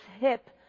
hip